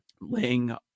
laying